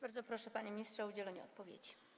Bardzo proszę, panie ministrze, o udzielenie odpowiedzi.